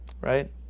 Right